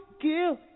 give